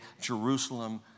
jerusalem